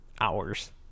Hours